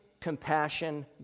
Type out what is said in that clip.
compassion